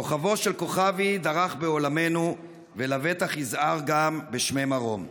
כוכבו של כוכבי דרך בעולמנו ולבטח יזהר גם בשמי מרום.